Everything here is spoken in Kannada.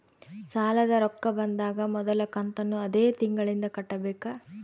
ಸಾಲದ ರೊಕ್ಕ ಬಂದಾಗ ಮೊದಲ ಕಂತನ್ನು ಅದೇ ತಿಂಗಳಿಂದ ಕಟ್ಟಬೇಕಾ?